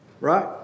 right